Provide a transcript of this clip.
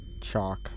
Chalk